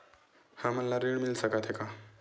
हमन ला ऋण मिल सकत हे का?